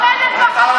תוציא את כולם,